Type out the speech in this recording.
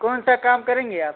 कौन सा काम करेंगे आप